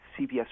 CBS